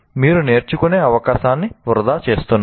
మీరు నేర్చుకునే అవకాశాన్ని వృధా చేస్తున్నారు